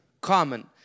common